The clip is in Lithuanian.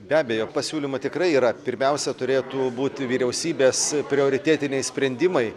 be abejo pasiūlymai tikrai yra pirmiausia turėtų būti vyriausybės prioritetiniai sprendimai